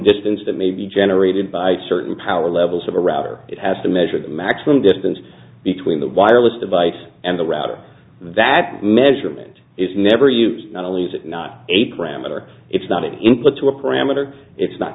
distance that may be generated by certain power levels of a router it has to measure the maximum distance between the wireless device and the router that measurement is never used not only is that not a parameter it's not an input to a parameter it's not